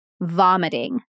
vomiting